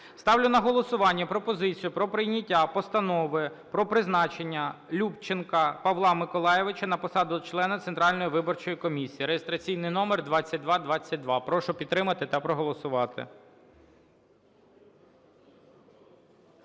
Ставлю на голосування пропозицію щодо прийняття Постанови про призначення Дубовика Сергія Олеговича на посаду члена Центральної виборчої комісії (реєстраційний номер 2218). Прошу підтримати та проголосувати.